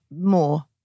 more